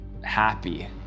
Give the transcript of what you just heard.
happy